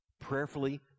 prayerfully